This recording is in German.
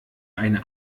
eine